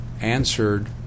answered